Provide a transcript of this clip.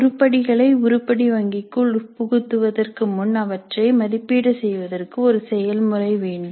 உருப்படிகளை உருப்படி வங்கிக்குள் உட்புகுத்துவதற்கு முன் அவற்றை மதிப்பீடு செய்வதற்கு ஒரு செயல்முறை வேண்டும்